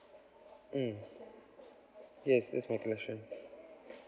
mm yes that's my question